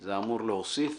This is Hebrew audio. זה אמור להוסיף,